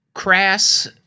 crass